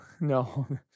No